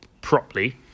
properly